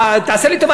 תעשה לי טובה,